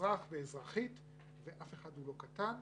ואזרחית ואף אחד הוא לא קטן,